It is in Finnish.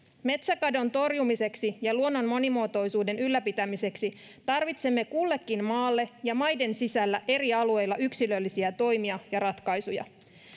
metsäkadon torjumiseksi ja luonnon monimuotoisuuden ylläpitämiseksi tarvitsemme kullekin maalle ja maiden sisällä eri alueilla yksilöllisiä toimia ja ratkaisuja